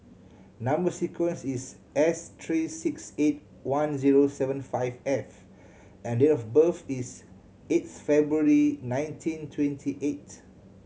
number sequence is S three six eight one zero seven five F and date of birth is eighth February nineteen twenty eight